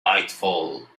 nightfall